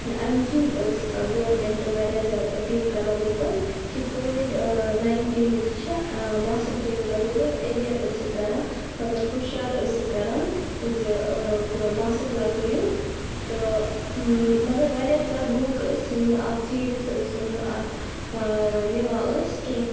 اَمہِ کِنۍ ٲسۍ گورمینٹہٕ واریاہ زیادٕ أپیٖل کَران لوٗکَن کہِ کووِڈ ناینٹیٖن یُس چھُ ماسٕک تھٲوِو لَگٲوِتھ ایٚویر ٲسِو کَران مَطلَب ہُشیار ٲسِکھ کَران زِ ماسٕک لَگٲوِو تہٕ مگر واریاہ زیادٕ لوٗکھ ٲسۍ یِم نہٕ اَتھ سیٖریَس ٲسۍ یِم نہٕ اَتھ نِوان ٲسۍ کیٚنٛہہ